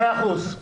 מאה אחוז.